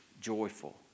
joyful